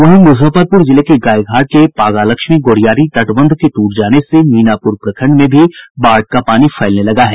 वहीं मुजफ्फरपुर जिले के गायघाट के पागालक्ष्मी गोरियारी तटबंध के टूट जाने से मीनापुर प्रखंड में भी बाढ़ का पानी फैलने लगा है